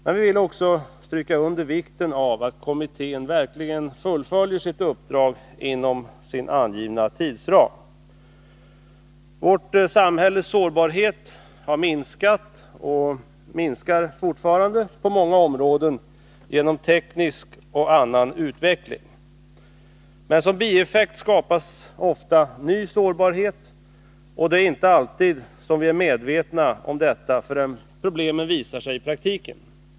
Men vi vill också understryka vikten av att kommittén verkligen fullföljer sitt uppdrag inom den angivna tidsramen. Vårt samhälles sårbarhet har minskat och minskar fortfarande på många områden genom teknisk och annan utveckling. Men ofta uppstår ny sårbarhet, och det är inte alltid som vi är medvetna om detta förrän problemen visar sig i praktiken.